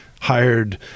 hired